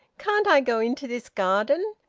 can't i go into this garden?